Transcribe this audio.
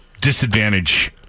disadvantage